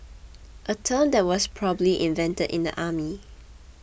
a term that was probably invented in the army